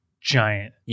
giant